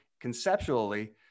conceptually